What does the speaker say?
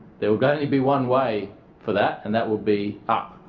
there would only be one way for that and that would be up.